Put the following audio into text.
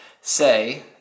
say